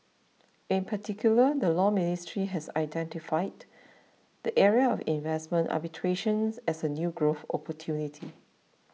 in particular the Law Ministry has identified the area of investment arbitration as a new growth opportunity